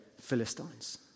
Philistines